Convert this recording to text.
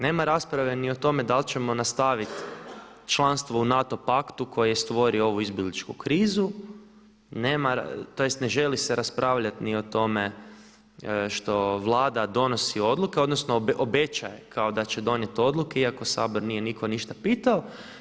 Nema rasprave ni o tome da li ćemo nastaviti članstvo u NATO paktu koji je stvorio ovu izbjegličku krizu, nema, tj. ne želi se raspravljati ni o tome što Vlada donosi odluke, odnosno obećava kao da će donijeti odluke iako Sabor nije nitko ništa pitao.